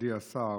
מכובדי השר,